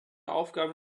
aufgabe